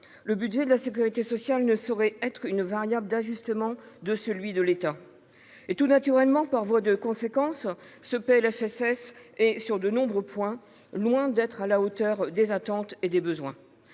Le budget de la sécurité sociale ne saurait être une variable d'ajustement de celui de l'État. Tout naturellement, par voie de conséquence, ce PLFSS est, sur de nombreux points, loin d'être à la hauteur des attentes et des besoins.